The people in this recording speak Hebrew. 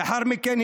לאחר מכן,